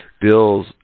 bills